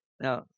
Now